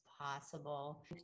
possible